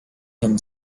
him